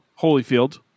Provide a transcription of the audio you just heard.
Holyfield